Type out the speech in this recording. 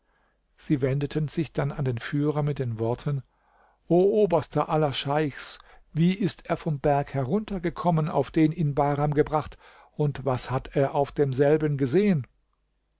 sie wendeten sich dann an den führer mit den worten o oberster aller scheichs wie ist er vom berg heruntergekommen auf den ihn bahram gebracht und was hat er auf demselben gesehen